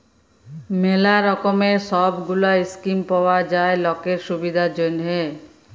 ম্যালা রকমের সব গুলা স্কিম পাওয়া যায় লকের সুবিধার জনহ